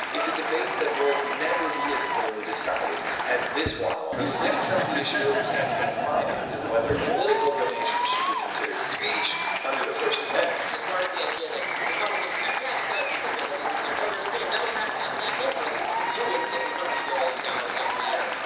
it's a debate, that will never be as cleanly decided, as this one was. next comes the issue of campaign finance, and whether political donations should be considered speech under the first amendment. as far as the idea, that republicans pass tax cuts, because they're beholders of their donors. okay, and democrats pass tax increases, because the unions give them hundreds of millions of dollars every year.